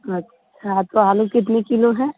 अच्छा तो आलू कितने किलो है